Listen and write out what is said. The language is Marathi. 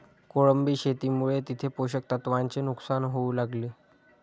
कोळंबी शेतीमुळे तिथे पोषक तत्वांचे नुकसान होऊ लागले